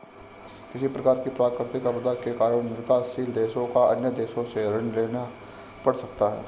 किसी प्रकार की प्राकृतिक आपदा के कारण विकासशील देशों को अन्य देशों से ऋण लेना पड़ सकता है